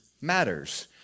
matters